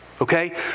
Okay